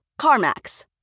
CarMax